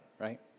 right